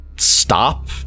stop